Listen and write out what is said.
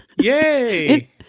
Yay